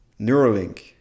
Neuralink